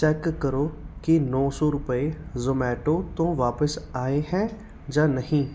check ਕਰੋ ਕਿ ਨੌਂ ਸੌ ਰੁਪਏ ਜ਼ੋਮੈਟੋ ਤੋਂ ਵਾਪਸ ਆਏ ਹੈ ਜਾਂ ਨਹੀਂ